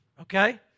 okay